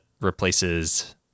replaces